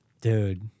Dude